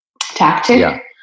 tactic